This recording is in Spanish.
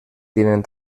tienen